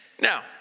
Now